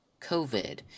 COVID